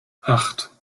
acht